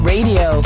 Radio